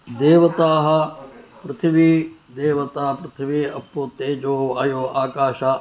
देवताः पृथिवी देवता पृथिवी अप् तेजो वायु आकाश